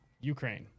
Ukraine